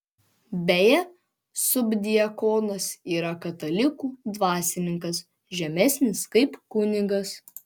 beje subdiakonas yra katalikų dvasininkas žemesnis kaip kunigas